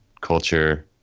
culture